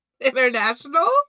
International